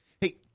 Hey